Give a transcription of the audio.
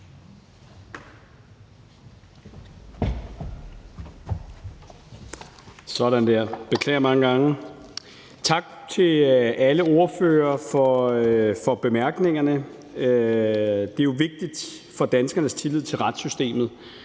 (Peter Hummelgaard): Tak til alle ordførere for bemærkningerne. Det er jo vigtigt for danskernes tillid til retssystemet,